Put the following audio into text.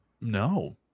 No